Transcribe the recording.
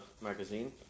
magazine